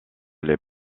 les